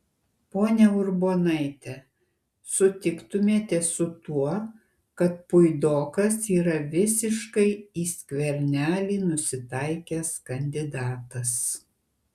ponia urbonaite sutiktumėte su tuo kad puidokas yra visiškai į skvernelį nusitaikęs kandidatas